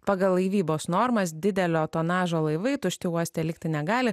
pagal laivybos normas didelio tonažo laivai tušti uoste likti negali